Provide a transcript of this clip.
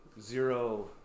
zero